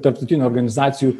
tarptautinių organizacijų